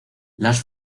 las